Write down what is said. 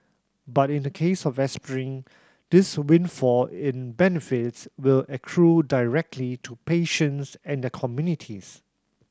but in the case of aspirin this windfall in benefits will accrue directly to patients and their communities